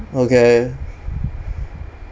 okay